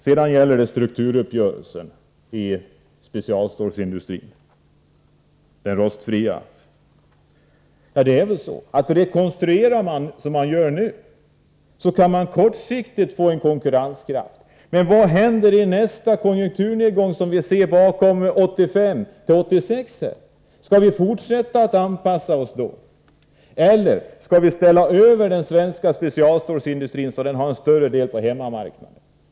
Sedan gäller det strukturuppgörelsen inom specialstålsindustrins rostfria sektor. Rekonstruerar man, som man nu gör, kan man kortsiktigt få konkurrenskraft — men vad händer i nästa konjunkturnedgång, som vi ser bakom 1985/86? Skall vi fortsätta anpassa oss då? Eller skall vi ställa över den svenska specialstålsindustrin, så att den har en större del på hemmamarknaden?